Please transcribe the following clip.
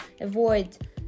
avoid